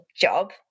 job